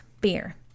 beer